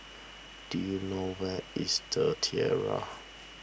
do you know where is the Tiara